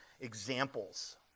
examples